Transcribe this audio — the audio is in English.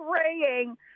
praying